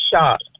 shot